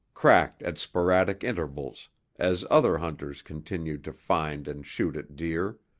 cracked at sporadic intervals as other hunters continued to find and shoot at deer.